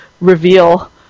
reveal